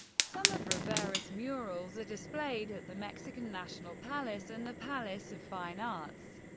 some of rivera's murals are displayed at the mexican national palace and the palace of fine arts.